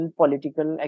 political